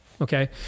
okay